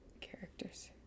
Characters